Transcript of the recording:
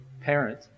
parent